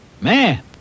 Man